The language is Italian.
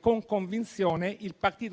con convinzione il Partito Democratico